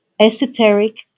esoteric